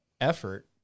effort